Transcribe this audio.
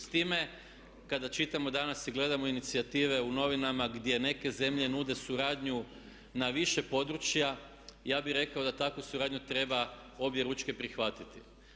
S time kada čitamo danas i gledamo inicijative u novinama gdje neke zemlje nude suradnju na više područja, ja bih rekao da takvu suradnju treba objeručke prihvatiti.